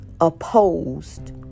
opposed